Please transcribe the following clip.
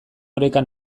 oreka